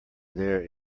there